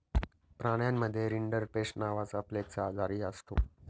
प्राण्यांमध्ये रिंडरपेस्ट नावाचा प्लेगचा आजारही असतो